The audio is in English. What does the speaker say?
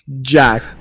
Jack